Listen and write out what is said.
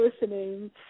listening